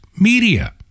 media